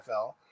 NFL